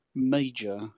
major